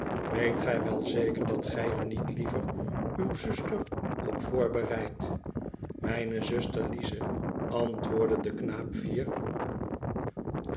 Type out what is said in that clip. weet gij wel zeker dat gij er niet liever uw zuster op voorbereidt mijne zuster lize antwoordde de knaap